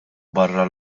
barra